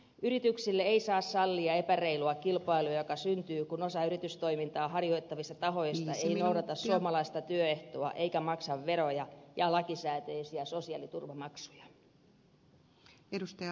yrityksille ei saa sallia epäreilua kilpailua joka syntyy kun osa yritystoimintaa harjoittavista tahoista ei noudata suomalaisia työehtoja eikä maksa veroja ja lakisääteisiä sosiaaliturvamaksuja